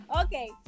Okay